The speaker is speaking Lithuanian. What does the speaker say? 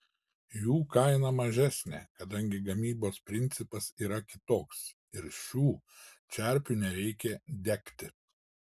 jų kaina mažesnė kadangi gamybos principas yra kitoks ir šių čerpių nereikia degti